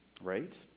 right